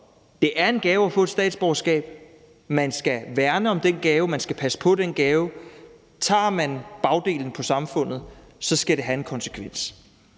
det er en gave at få et statsborgerskab, og man skal værne om den gave og passe på den gave. Tager man bagdelen på samfundet, skal det have en konsekvens.